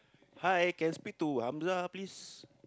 hi can speak to Hamzah please